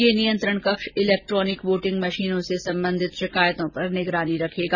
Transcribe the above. यह नियंत्रण कक्ष इलेक्ट्रॉनिक वोटिंग मशीनों से संबंधित शिकायतों पर निगरानी रखेगा